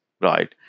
right